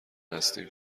هستیم